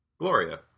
Gloria